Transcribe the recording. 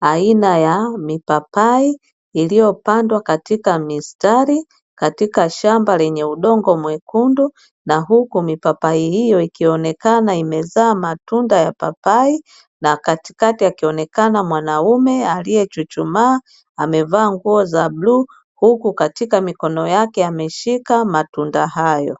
aina ya mipapai iliyopandwa katika mistari katika shamba lenye udongo mwekundu, na huku mipapai hiyo ikionekana imezaa matunda ya papai na katikati akionekana mwanamume aliyechuchumaa amevaa nguo za bluu huku katika mikono yake ameshika matunda hayo.